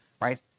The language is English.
right